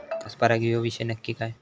Cross परागी ह्यो विषय नक्की काय?